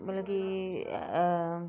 मतलब कि